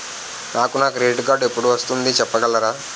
నాకు నా credit card ఎపుడు వస్తుంది చెప్పగలరా?